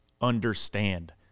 understand